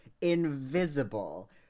invisible